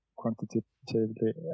quantitatively